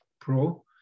Pro